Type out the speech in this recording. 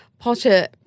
Potter